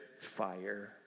fire